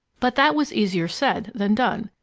but that was easier said than done.